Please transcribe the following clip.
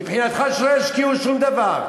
מבחינתך, שלא ישקיעו שום דבר,